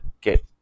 get